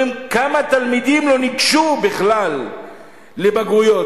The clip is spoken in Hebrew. כמה תלמידים לא ניגשו בכלל לבגרויות,